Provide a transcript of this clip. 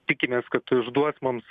tikimės kad išduots mums